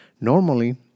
Normally